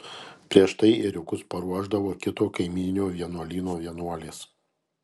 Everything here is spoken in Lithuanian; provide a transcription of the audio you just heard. prieš tai ėriukus paruošdavo kito kaimyninio vienuolyno vienuolės